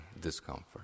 discomfort